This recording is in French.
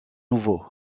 nouveau